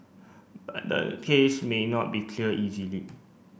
but the case may not be cleared easily